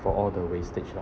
for all the wastage lah